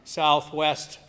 southwest